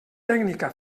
tècnica